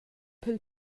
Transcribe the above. pil